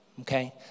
Okay